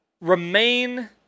remain